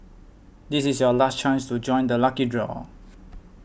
this is your last chance to join the lucky draw